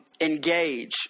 engage